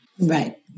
Right